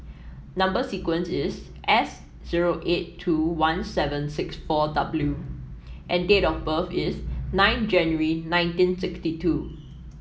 number sequence is S zero eight two one seven six four W and date of birth is nine January nineteen sixty two